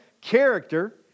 character